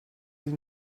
sie